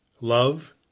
love